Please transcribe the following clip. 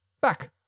back